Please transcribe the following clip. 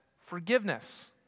forgiveness